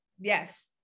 yes